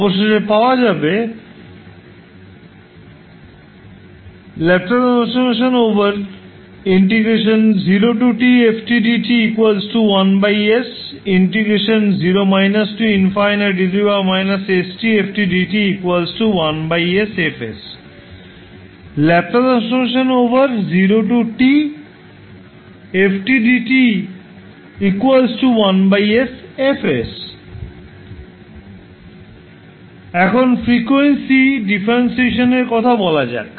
অবশেষে পাওয়া যাবে এখন ফ্রিকোয়েন্সি ডিফারেনশনের কথা বলা যাক